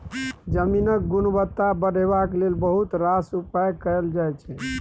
जमीनक गुणवत्ता बढ़ेबाक लेल बहुत रास उपाय कएल जाइ छै